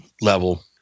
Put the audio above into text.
level